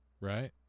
right